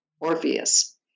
Orpheus